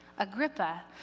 Agrippa